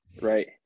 Right